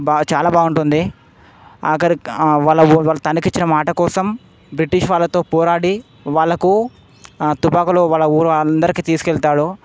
బా చాలా బాగుంటుంది ఆఖరికి వాళ్ళ తల్లికి ఇచ్చిన మాట కోసం బ్రిటిష్ వాళ్ళతో పోరాడి వాళ్ళకు తుపాకులు వాళ్ళ ఊళ్ళో వాళ్ళందరికీ తీసుకుని వేళ్తాడు